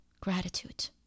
gratitude